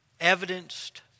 Evidenced